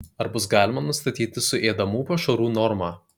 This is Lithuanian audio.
ar bus galima nustatyti suėdamų pašarų normą